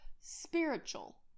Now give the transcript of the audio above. spiritual